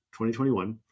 2021